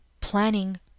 planning